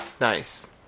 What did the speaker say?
Nice